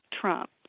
Trump